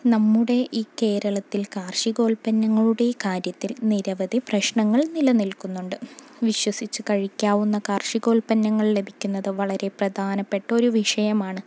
നമ്മുടെ ഈ കേരളത്തിൽ കാർഷികോൽപ്പന്നങ്ങളുടെ കാര്യത്തിൽ നിരവധി പ്രശ്നങ്ങൾ നിലനിൽക്കുന്നുണ്ട് വിശ്വസിച്ച് കഴിക്കാവുന്ന കാർഷികോൽപ്പന്നങ്ങൾ ലഭിക്കുന്നത് വളരെ പ്രധാനപ്പെട്ട ഒരു വിഷയമാണ്